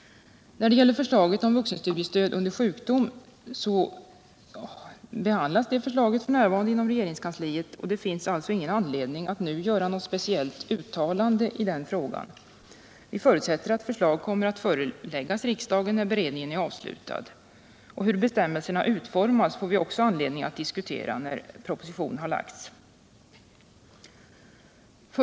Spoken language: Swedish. Förslaget om vuxenstudiestöd under sjukdom behandlas f.n. inom regeringskansliet, och det finns därför ingen anledning att nu göra något speciellt uttalande i frågan. Vi förutsätter att förslaget kommer att föreläggas riksdagen när beredningen är avslutad. Hur bestämmelserna utformas får vi också anledning att diskutera när propositionen har lagts fram.